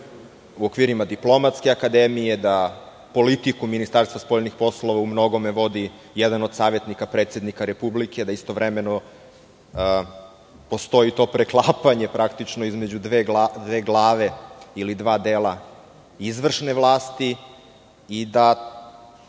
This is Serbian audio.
u okviru diplomatske akademije, da politiku Ministarstva spoljnih poslova u mnogome vodi jedan od savetnika predsednika Republike, da istovremeno postoji to preklapanje praktično između dve glave, ili dva dela izvršne vlasti i da